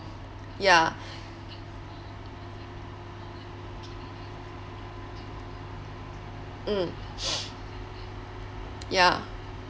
ya mm ya